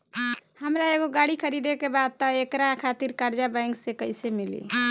हमरा एगो गाड़ी खरीदे के बा त एकरा खातिर कर्जा बैंक से कईसे मिली?